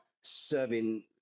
serving